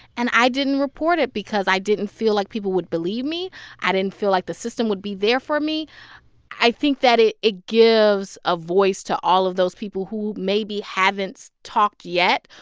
and i didn't report it because i didn't feel like people would believe me i didn't feel like the system would be there for me i think that it it gives a voice to all of those people who maybe haven't talked yet,